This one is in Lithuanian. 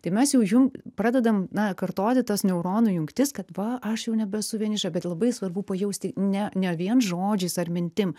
tai mes jau jum pradedam na kartoti tas neuronų jungtis kad va aš jau nebesu vieniša bet labai svarbu pajausti ne ne vien žodžiais ar mintim